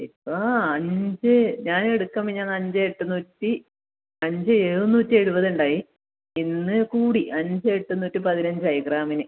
ഇപ്പോൾ അഞ്ച് ഞാൻ എടുക്കുമ്പോൾ മിനിഞ്ഞാന്ന് അഞ്ച് എണ്ണൂറ്റി അഞ്ച് എഴുന്നൂറ്റി എഴുപതുണ്ടായി ഇന്ന് കൂടി അഞ്ച് എണ്ണൂറ്റി പതിനഞ്ചായി ഗ്രാമിന്